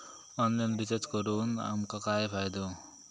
Online recharge करून आमका काय फायदो?